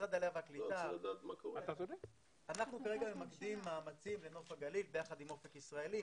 אנחנו כרגע ממקדים מאמצים לנוף הגליל יחד עם אופק ישראלי,